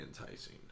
enticing